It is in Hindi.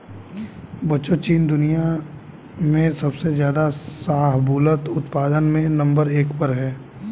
बच्चों चीन दुनिया में सबसे ज्यादा शाहबूलत उत्पादन में नंबर एक पर है